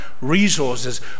resources